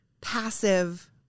passive